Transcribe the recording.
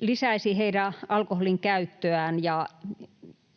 lisäisi heidän alkoholinkäyttöään.